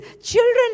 children